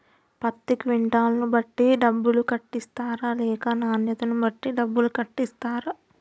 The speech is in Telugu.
పత్తి క్వింటాల్ ను బట్టి డబ్బులు కట్టిస్తరా లేక నాణ్యతను బట్టి డబ్బులు కట్టిస్తారా?